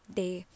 day